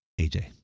AJ